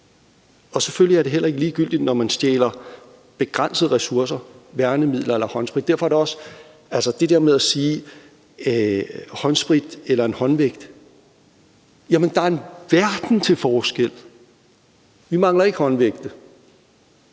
Selvfølgelig er det heller ikke ligegyldigt, at man stjæler begrænsede ressourcer – værnemidler eller håndsprit. Derfor vil jeg til det der med, om det er håndsprit eller en håndvægt, sige, at der er en verden til forskel. Vi mangler ikke håndvægte.